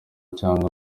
cyangwa